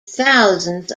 thousands